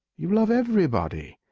you love everybody.